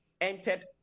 entered